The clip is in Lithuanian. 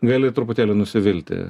gali truputėlį nusivilti